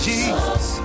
Jesus